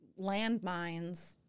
landmines